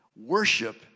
Worship